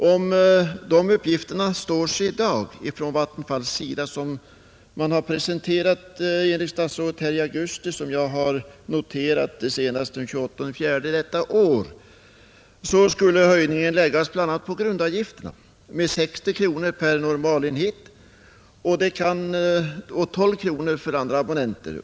Om de uppgifter som Vattenfall enligt statsrådet har presenterat i augusti 1970 står sig i dag — detta noterade jag senast den 28 april i år — skulle höjningen läggas bl.a. på grundavgifterna med 60 kronor per normalenhet och 12 kronor för andra abonnenter.